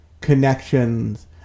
connections